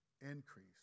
increase